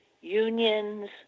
unions